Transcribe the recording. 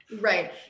Right